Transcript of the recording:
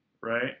right